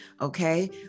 Okay